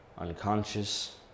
Unconscious